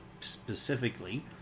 specifically